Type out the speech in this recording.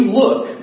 look